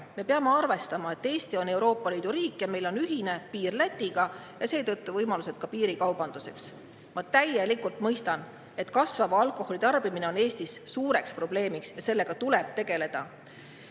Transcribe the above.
Me peame arvestama, et Eesti on Euroopa Liidu riik ja meil on ühine piir Lätiga, seetõttu ka võimalus piirikaubanduseks. Ma täielikult mõistan, et kasvav alkoholi tarbimine on Eestis suureks probleemiks ja sellega tuleb tegeleda.